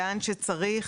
לאן שצריך,